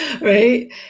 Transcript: right